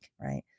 right